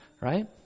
right